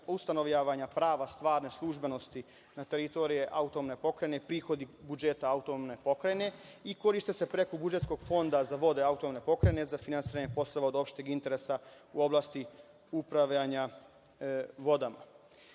ustanovljavanja prava stvarne službenosti na teritoriji Autonomne pokrajine prihodi budžeta Autonomne pokrajine i koriste se preko budžetskog fonda za vode Autonomne pokrajine za finansiranje poslova od opšteg interesa u oblasti upravljanja vodama.